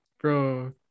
bro